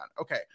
okay